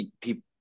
people